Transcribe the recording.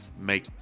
make